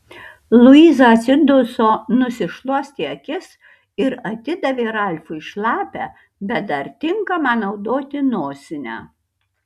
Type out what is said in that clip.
luiza atsiduso nusišluostė akis ir atidavė ralfui šlapią bet dar tinkamą naudoti nosinę